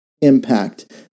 impact